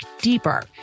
deeper